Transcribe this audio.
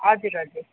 हजुर हजुर